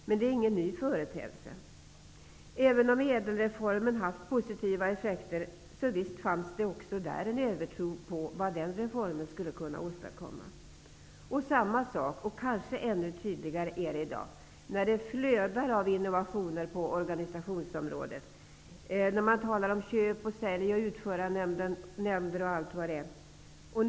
Men det är ingen ny företeelse. Även om ÄDEL-reformen har haft positiva effekter fanns det en övertro på vad den skulle kunna åstadkomma. Samma sak är det i dag -- kanske är det ännu tydligare. Det flödar av innovationer på organisationsområdet. Det talas om köp-, sälj och utförarnämnder och allt vad det är.